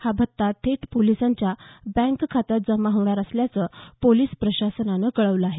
हा भत्ता थेट पोलिसांच्या बँक खात्यात जमा होणार असल्याचं पोलिस प्रशासनानं कळवलं आहे